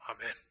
Amen